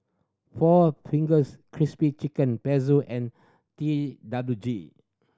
Four Fingers Crispy Chicken Pezzo and T W G